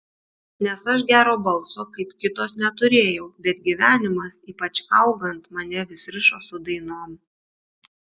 nes aš gero balso kaip kitos neturėjau bet gyvenimas ypač augant mane vis rišo su dainom